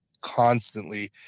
constantly